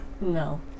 No